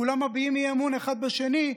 כולם מביעים אי-אמון אחד בשני,